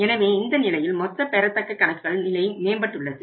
எனவே இந்த நிலையில் மொத்த பெறத்தக்க கணக்குகள் நிலை மேம்பட்டுள்ளது